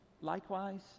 likewise